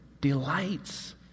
delights